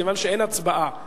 כיוון שאין הצבעה,